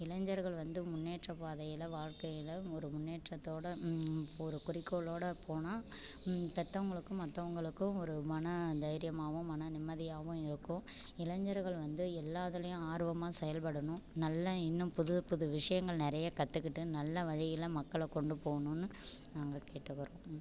இளைஞர்கள் வந்து முன்னேற்றப் பாதையில் வாழ்க்கையில் ஒரு முன்னேற்றத்தோட ஒரு குறிக்கோளோட போனால் பெற்றவங்களுக்கும் மற்றவங்களுக்கும் ஒரு மன தைரியமாகவும் மன நிம்மதியாகவும் இருக்கும் இளைஞர்கள் வந்து எல்லா இதுலயும் ஆர்வமாக செயல்படணும் நல்ல இன்னும் புதுப் புது விஷயங்கள் நிறைய கற்றுக்கிட்டு நல்ல வழியில் மக்களை கொண்டு போகணுன்னு நாங்கள் கேட்டுக்குறோம்